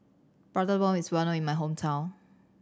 Prata Bomb is well known in my hometown